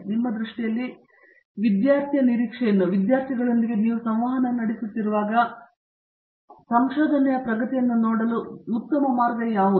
ನಿಮ್ಮ ದೃಷ್ಟಿಯಲ್ಲಿ ವಿದ್ಯಾರ್ಥಿ ನಿರೀಕ್ಷೆಯಿಂದ ಅಥವಾ ವಿದ್ಯಾರ್ಥಿಗಳೊಂದಿಗೆ ನೀವು ಸಂವಹನ ನಡೆಸುತ್ತಿರುವಾಗ ನನಗೆ ತಿಳಿದಿರುವಂತೆ ಸಂಶೋಧನೆಯ ಪ್ರಗತಿಯನ್ನು ನೋಡಲು ಉತ್ತಮ ಮಾರ್ಗ ಯಾವುದು